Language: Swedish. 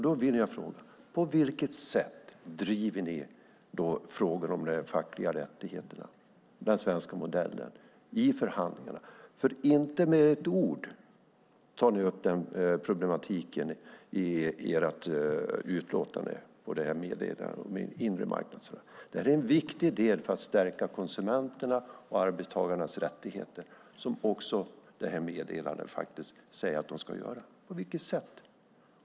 Då vill jag fråga: På vilket sätt driver ni frågorna om de fackliga rättigheterna, den svenska modellen, vid förhandlingarna? Inte med ett ord tar ni upp den problematiken i ert utlåtande och i meddelandet om en inre marknadsakt. Det här är en viktig del för att stärka konsumenternas och arbetstagarnas rättigheter, som man säger i meddelandet att man ska göra. På vilket sätt?